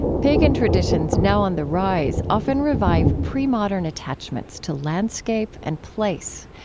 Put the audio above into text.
pagan traditions now on the rise often revive pre-modern attachments to landscape and place.